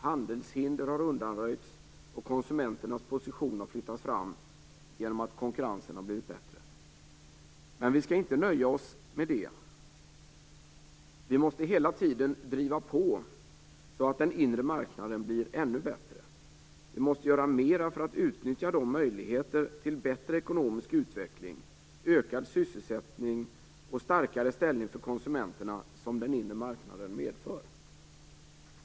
Handelshinder har undanröjts, och konsumenternas position har flyttats fram genom att konkurrensen har blivit bättre, men vi skall inte nöja oss med det. Vi måste hela tiden driva på, så att den inre marknaden blir ännu bättre. Vi måste göra mera för att utnyttja de möjligheter till bättre ekonomisk utveckling, ökad sysselsättning och starkare ställning för konsumenterna som den inre marknaden medför.